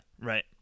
right